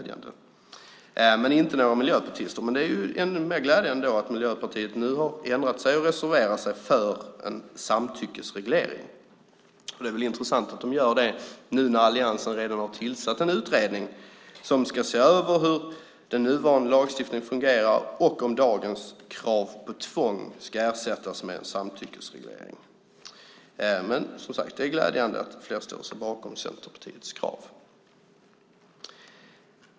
Dock inga miljöpartister, men då är det ju ännu mer glädjande att Miljöpartiet nu har ändrat sig och reserverar sig för en samtyckesreglering. Det är intressant att de gör det nu när alliansen redan har tillsatt en utredning som ska se över hur den nuvarande lagstiftningen fungerar och om dagens krav på tvång ska ersättas med en samtyckesreglering. Men det är som sagt var glädjande att fler ställer sig bakom Centerpartiets krav.